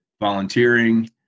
volunteering